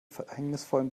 verhängnisvollen